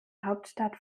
hauptstadt